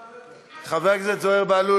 חבר הכנסת זוהיר בהלול,